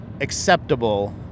acceptable